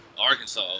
arkansas